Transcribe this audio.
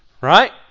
right